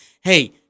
hey